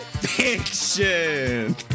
fiction